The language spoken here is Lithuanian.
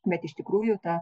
bet iš tikrųjų ta